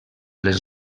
les